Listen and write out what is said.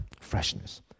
freshness